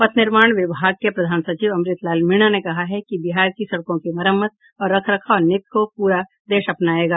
पथ निर्माण विभाग के प्रधान सचिव अमृत लाल मीणा ने कहा है कि बिहार की सड़कों की मरम्मत और रख रखाव नीति को पूरा देश अपनायेगा